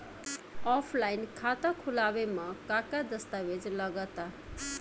Offline खाता खुलावे म का का दस्तावेज लगा ता?